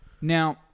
Now